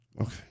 Okay